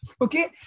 Okay